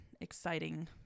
exciting